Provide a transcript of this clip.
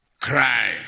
cry